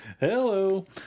Hello